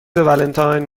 ولنتاین